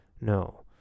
no